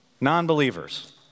non-believers